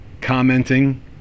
commenting